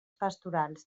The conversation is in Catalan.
pastorals